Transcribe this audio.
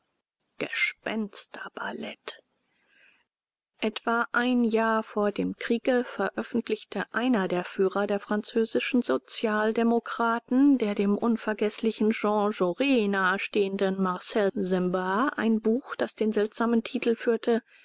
gespensterballett etwa ein jahr vor dem kriege veröffentlichte einer der führer der französischen sozialdemokraten der dem unvergeßlichen jean jaurs nahestehende marcel sembat ein buch das den seltsamen titel führte